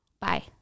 Bye